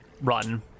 run